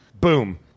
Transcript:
Boom